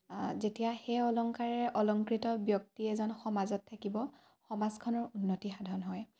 যেতিয়া সেই অলংকাৰে অলংকৃত ব্যক্তি এজন সমাজত থাকিব সমাজখনৰ উন্নতি সাধন হয়